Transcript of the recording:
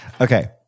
Okay